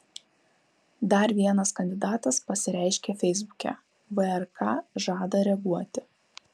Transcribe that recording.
dar vienas kandidatas pasireiškė feisbuke vrk žada reaguoti